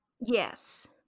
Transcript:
Yes